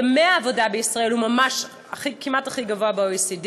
מספר ימי העבודה בישראל הוא כמעט הכי גבוה ב-OECD,